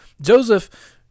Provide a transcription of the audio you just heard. Joseph